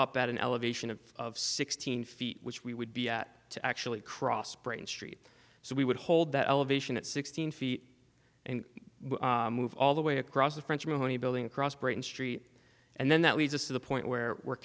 at an elevation of sixteen feet which we would be at to actually cross brain street so we would hold that elevation at sixteen feet and move all the way across the french mooney building across britain street and then that leads us to the point where we're